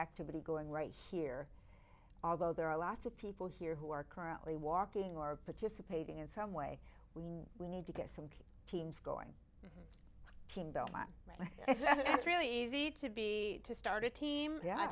activity going right here although there are lots of people here who are currently walking or participating in some way we need we need to get some teams going and it's really easy to be to start a team yeah